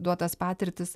duotas patirtis